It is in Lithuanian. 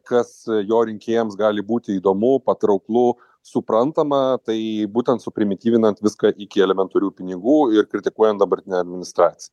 kas jo rinkėjams gali būti įdomu patrauklu suprantama tai būtent suprimityvinant viską iki elementarių pinigų ir kritikuojant dabartinę administraciją